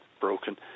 broken